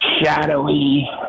shadowy